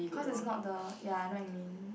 cause it's not the ya I know what you mean